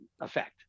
effect